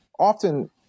often